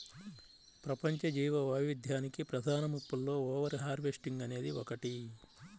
ప్రపంచ జీవవైవిధ్యానికి ప్రధాన ముప్పులలో ఓవర్ హార్వెస్టింగ్ అనేది ఒకటి